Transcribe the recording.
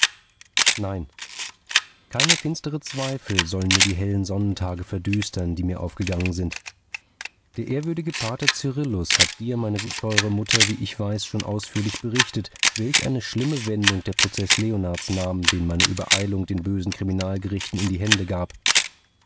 nein keine finstere zweifel sollen mir die hellen sonnentage verdüstern die mir aufgegangen sind der ehrwürdige pater cyrillus hat dir meine teure mutter wie ich weiß schon ausführlich berichtet welch eine schlimme wendung der prozeß leonards nahm den meine übereilung den bösen kriminalgerichten in die hände gab